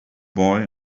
boy